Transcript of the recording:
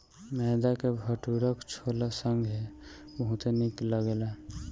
मैदा के भटूरा छोला संगे बहुते निक लगेला